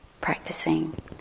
practicing